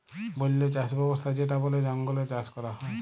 বল্য চাস ব্যবস্থা যেটা বলে জঙ্গলে চাষ ক্যরা হ্যয়